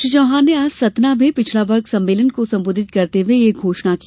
श्री चौहान आज सतना में पिछड़ावर्ग सम्मेलन को संबोधित करते हुये यह घोषणा की